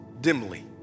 dimly